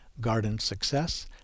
gardensuccess